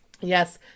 Yes